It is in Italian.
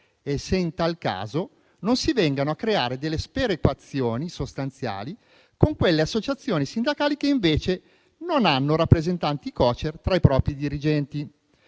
e se in tal caso non si vengano a creare delle sperequazioni sostanziali con le associazioni sindacali che, invece, non hanno rappresentanti Cocer tra i propri dirigenti.